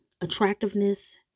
attractiveness